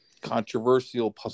controversial